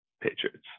patriots